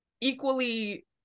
equally